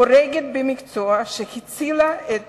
אורגת במקצועה, שהצילה את